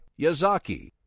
Yazaki